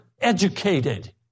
educated